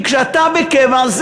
כי כשאתה בקבע,